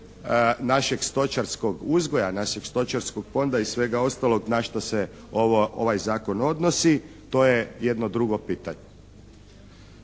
našeg stočarskog uzgoja, našeg stočarskog fonda i svega ostalog na šta se ovaj zakon odnosi to je jedno drugo pitanje.